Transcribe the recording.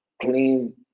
clean